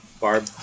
Barb